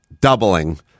doubling